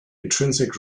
intrinsic